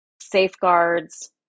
safeguards